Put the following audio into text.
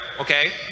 okay